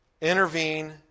Intervene